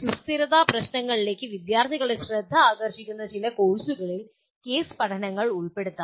സുസ്ഥിരതാ പ്രശ്നങ്ങളിലേക്ക് വിദ്യാർത്ഥികളുടെ ശ്രദ്ധ ആകർഷിക്കുന്ന ചില കോഴ്സുകളിൽ കേസ് പഠനങ്ങൾ ഉൾപ്പെടുത്താം